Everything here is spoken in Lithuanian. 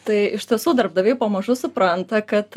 tai iš tiesų darbdaviai pamažu supranta kad